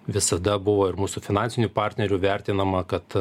visada buvo ir mūsų finansinių partnerių vertinama kad